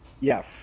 Yes